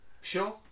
Sure